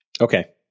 Okay